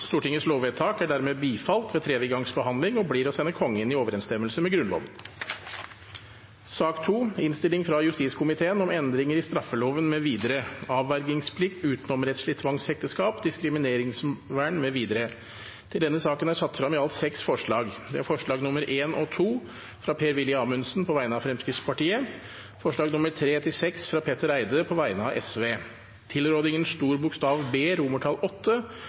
Stortingets møte 23. oktober 2020. Det voteres dermed over lovvedtaket med den vedtatte anmerkning fra andre gangs behandling. Stortingets lovvedtak er dermed bifalt ved tredje gangs behandling og blir å sende Kongen i overensstemmelse med Grunnloven. Under debatten er det satt fram i alt seks forslag. Det er forslagene nr. 1 og 2, fra Per-Willy Amundsen på vegne av Fremskrittspartiet forslagene nr. 3–6, fra Petter Eide på vegne av Sosialistisk Venstreparti Tilrådingens bokstav B